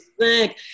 sick